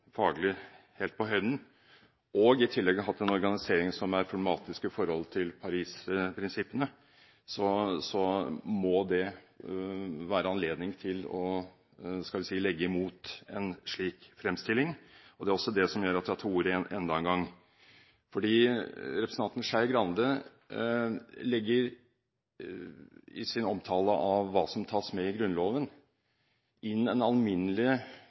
faglig helt på høyden, og i tillegg har hatt en organisering som er problematisk i forhold til Paris-prinsippene, så må det være anledning til å legge mot en slik fremstilling. Det er også det som gjør at jeg tok ordet enda en gang. For i sin omtale av hva som tas med i Grunnloven, legger representanten Skei Grande inn en